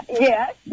Yes